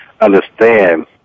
understand